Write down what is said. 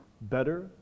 better